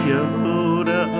Yoda